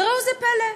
וראו איזה פלא,